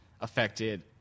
affected